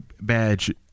badge